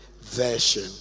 version